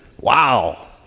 Wow